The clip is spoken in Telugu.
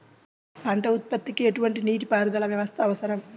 పంట ఉత్పత్తికి ఎటువంటి నీటిపారుదల వ్యవస్థ అవసరం?